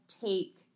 take